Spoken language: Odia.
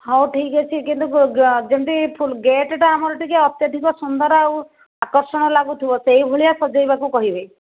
ହଉ ଠିକ୍ ଅଛି କିନ୍ତୁ ଯେମିତି ଗେଟ୍ ଟା ଆମର ଟିକେ ଅତ୍ୟଧିକ ସୁନ୍ଦର ଆଉ ଆକର୍ଷଣୀୟ ଲାଗୁଥିବ ସେହି ଭଳିଆ ସଜେଇବାକୁ କହିବେ